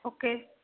okay